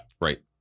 Right